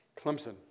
Clemson